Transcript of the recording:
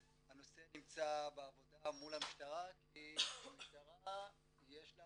הנושא נמצא בעבודה מול המשטרה כי המשטרה יש לה